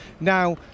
Now